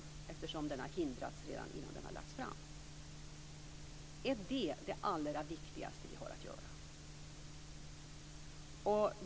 Den har stoppats innan den ens har lagts fram. Är det det allra viktigaste vi har att göra?